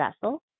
vessel